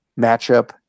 matchup